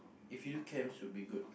if you do camp should be good